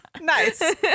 nice